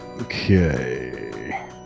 Okay